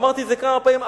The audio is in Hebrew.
ואמרתי את זה כמה פעמים,